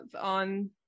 on